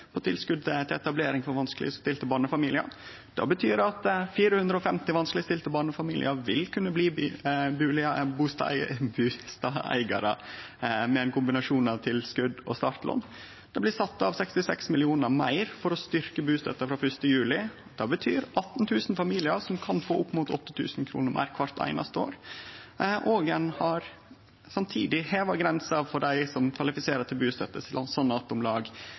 på 118 mill. kr til tilskot til etablering for vanskelegstilte barnefamiliar. Det betyr at 450 vanskelegstilte barnefamiliar vil kunne bli bustadeigarar med ein kombinasjon av tilskot og startlån. Det blir sett av 66 mill. kr meir for å styrkje bustøtta frå 1. juli, og det betyr at 18 000 familiar kan få opp mot 8 000 kr meir kvart einaste år. Samtidig har ein heva grensa for dei som kvalifiserer til